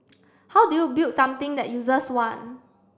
how do you build something that users want